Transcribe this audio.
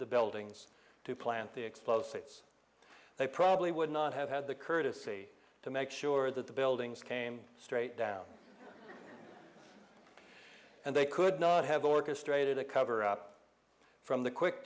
the buildings to plant the explosives they probably would not have had the courtesy to make sure that the buildings came straight down and they could not have orchestrated a cover up from the quick